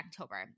October